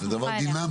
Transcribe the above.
בדיוק, זה דבר דינמי.